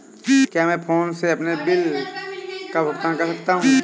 क्या मैं PhonePe से अपने टेलीफोन बिल का भुगतान कर सकता हूँ?